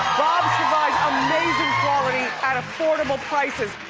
bob's devised um amazing quality at affordable prices.